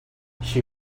she